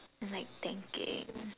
and like thinking